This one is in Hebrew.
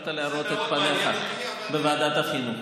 יכולת להראות את פניך בוועדת החינוך.